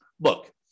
look